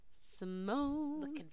Simone